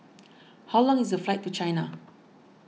how long is the flight to China